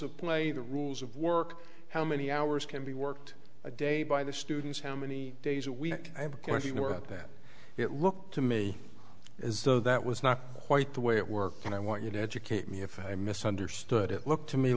of play the rules of work how many hours can be worked a day by the students how many days a week i have of course you know about that it looked to me as though that was not quite the way it worked and i want you to educate me if i misunderstood it looked to me